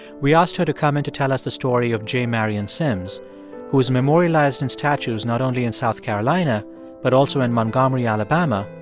we asked her to come in to tell us the story of j. marion sims who is memorialized in statues not only in south carolina but also in montgomery, ala. but um ah